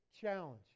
challenge